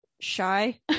shy